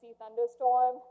thunderstorm